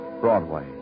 Broadway